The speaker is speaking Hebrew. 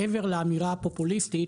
מעבר לאמירה הפופוליסטית,